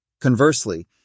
Conversely